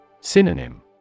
Synonym